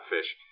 fish